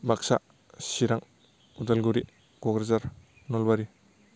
Baksa Chirang Udalguri Kokrajhar Nalbari